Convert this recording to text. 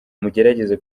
mugerageze